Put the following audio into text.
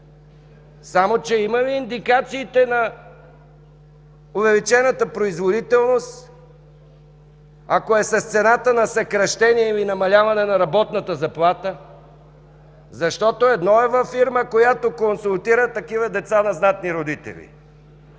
Само че има ли индикациите на увеличената производителност, ако е с цената на съкращения или намаляване на работната заплата? Едно е във фирма, която консултира такива деца на знатни родители;